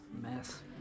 Mess